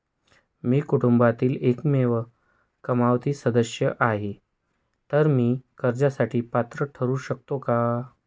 मी कुटुंबातील एकमेव कमावती सदस्य आहे, तर मी कर्जासाठी पात्र ठरु शकतो का?